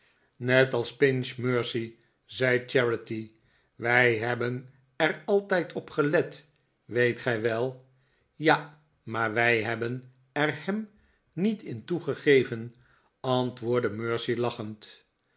net als pinch mercy zei charity wi hebben er altijd op gelet weet gij wel ja maar wij hebben er hem niet in toegegeven antwoordde mercy lachend